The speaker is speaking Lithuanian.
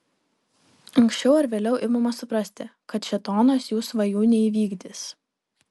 anksčiau ar vėliau imama suprasti kad šėtonas jų svajų neįvykdys